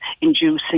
inducing